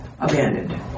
abandoned